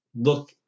look